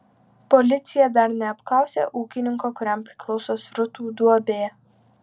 policija dar neapklausė ūkininko kuriam priklauso srutų duobė